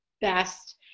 best